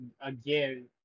again